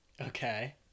Okay